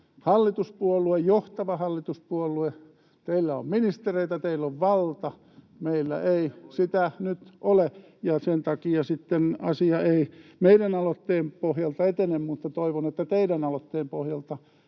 hallituspuolue, johtava hallituspuolue. Teillä on ministereitä, teillä on valta, meillä ei sitä nyt ole, ja sen takia asia ei meidän aloitteemme pohjalta etene, mutta toivon, että teidän aloitteenne pohjalta